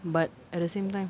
but at the same time